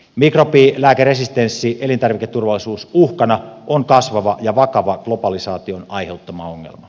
mikrobilääkeresistenssi elintarviketurvallisuusuhkana on kasvava ja vakava globalisaation aiheuttama ongelma